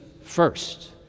first